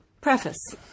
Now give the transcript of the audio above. Preface